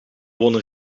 wonen